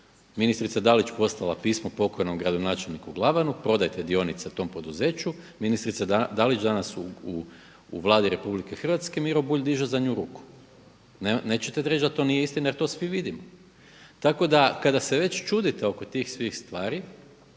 Ministrica Dalić je poslala pismo pokojnom gradonačelniku Glavanu, prodajte dionice tom poduzeću, ministrica Dalić danas u Vladi RH, Miro Bulj diže za nju ruku. Nećete reći da to nije istina jer to svi vidimo. Tako da, kada se već čudite oko tih svih stvari,